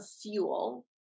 fuel